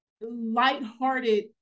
lighthearted